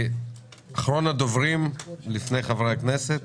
אחרון הדוברים לפני חברי הכנסת,